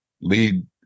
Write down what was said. lead